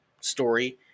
story